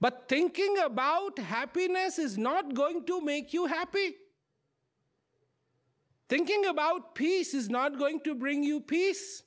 but thinking about happiness is not going to make you happy thinking about peace is not going to bring you peace